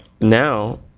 now